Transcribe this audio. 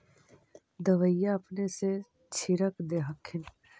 दबइया अपने से छीरक दे हखिन?